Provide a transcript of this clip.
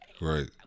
Right